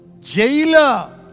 jailer